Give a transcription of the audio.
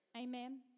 Amen